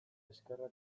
eskerrak